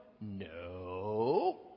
No